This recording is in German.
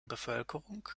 bevölkerung